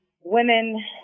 women